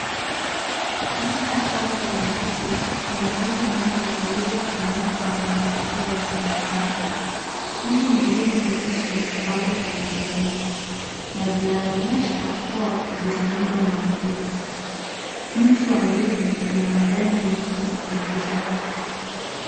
Katika shamba la ndizi kuna ndizi nyingi zilizofunikwa na mifuko ya samawati. Hizi ni ndizi mbichi bado hazijaiva na zinaonyesha kuwa zitalindwa na wadudu. Mti wa ndizi una majani mengi ya kijani.